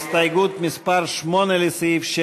ההסתייגות (8) של קבוצת סיעת יש